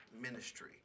ministry